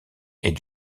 est